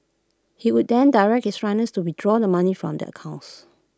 he would then direct his runners to withdraw the money from the accounts